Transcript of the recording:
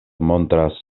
montras